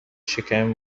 شکم